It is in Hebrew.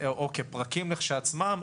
או כפרקים כשלעצמם.